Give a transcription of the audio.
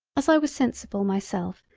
as i was sensible myself,